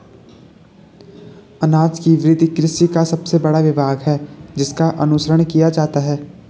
अनाज की वृद्धि कृषि का सबसे बड़ा विभाग है जिसका अनुसरण किया जाता है